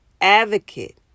advocate